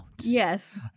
Yes